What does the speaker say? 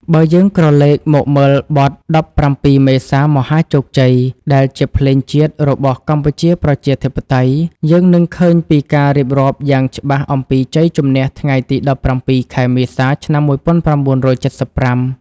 បើយើងក្រឡេកមកមើលបទ ដប់ប្រាំពីរមេសាមហាជោគជ័យ ដែលជាភ្លេងជាតិរបស់កម្ពុជាប្រជាធិបតេយ្យ យើងនឹងឃើញពីការរៀបរាប់យ៉ាងច្បាស់អំពីជ័យជម្នះថ្ងៃទី ១៧ ខែមេសា ឆ្នាំ ១៩៧៥។